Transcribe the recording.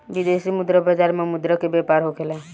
विदेशी मुद्रा बाजार में मुद्रा के व्यापार होखेला